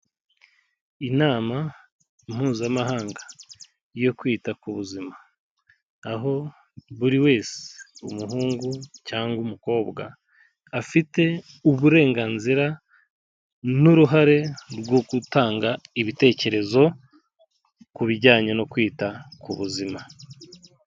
Inama mpuzamahanga yo kwita ku buzima, aho buri wese umuhungu cyangwa umukobwa afite uburenganzira n'uruhare rwo gutanga ibitekerezo ku bijyanye no kwita ku buzima.